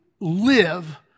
live